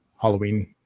Halloween